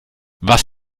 was